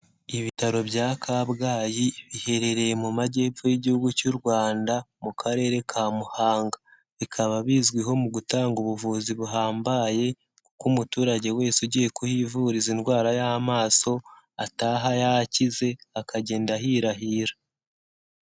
Ibitaro bya Kabgayi biherereye mu Majyepfo y'Igihugu cy'u Rwanda, mu Karere ka Muhanga. Bikaba bizwiho mu gutanga ubuvuzi buhambaye, ko umuturage wese ugiye kuhivuriza indwara y'amaso, ataha yakize, akagenda ahirahira.